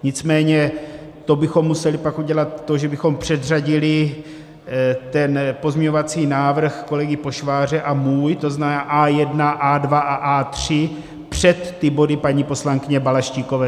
Nicméně to bychom museli pak udělat to, že bychom předřadili ten pozměňovací návrh kolegy Pošváře a můj, tzn. A1, A2 a A3, před ty body paní poslankyně Balaštíkové.